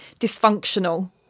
dysfunctional